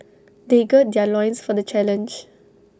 they gird their loins for the challenge